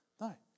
no